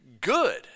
good